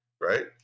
right